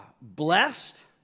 blessed